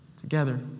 together